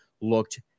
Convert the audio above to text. looked